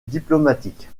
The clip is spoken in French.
diplomatique